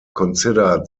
considered